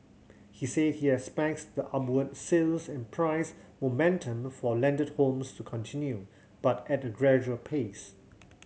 he said he expects the upward sales and price momentum for landed homes to continue but at a gradual pace